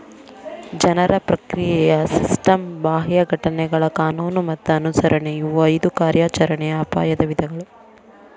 ಜನರ ಪ್ರಕ್ರಿಯೆಯ ಸಿಸ್ಟಮ್ ಬಾಹ್ಯ ಘಟನೆಗಳ ಕಾನೂನು ಮತ್ತ ಅನುಸರಣೆ ಇವು ಐದು ಕಾರ್ಯಾಚರಣೆಯ ಅಪಾಯದ ವಿಧಗಳು